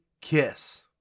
kiss